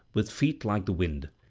with feet like the wind.